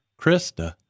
Krista